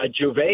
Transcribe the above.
juve